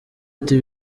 ati